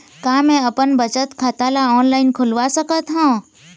का मैं अपन बचत खाता ला ऑनलाइन खोलवा सकत ह?